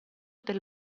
del